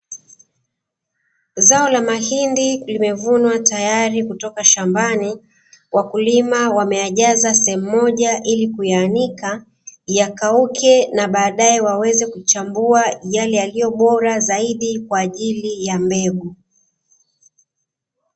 Zao la mahindi limevunwa tayali kutoka shambani wakulima wameyajaza sehemu moja ili kuyaanika yakauke na badae waweze kuchambua yake yaliyobora zaidi kwaajili ya mbegu.